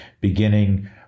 beginning